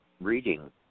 reading